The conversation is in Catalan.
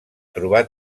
trobar